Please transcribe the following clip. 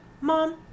Mom